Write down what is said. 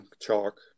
Chalk